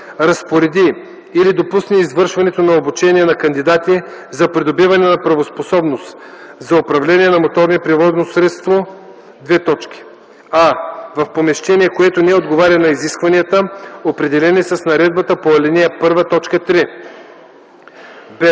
разпореди или допусне извършването на обучение на кандидати за придобиване на правоспособност за управление на моторно превозно средство: а) в помещение, което не отговаря на изискванията, определени с наредбата по ал. 1, т.